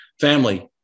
family